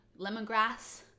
lemongrass